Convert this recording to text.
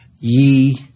ye